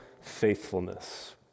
faithfulness